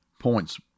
points